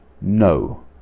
no